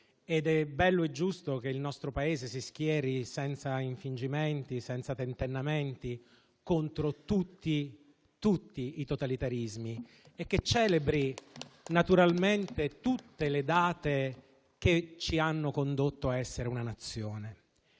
È bello e giusto che il nostro Paese si schieri senza infingimenti e senza tentennamenti contro tutti i totalitarismi e celebri tutte le date che ci hanno condotto a essere una Nazione.